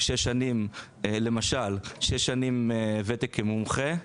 למשל, שש שנים ותק כמומחה.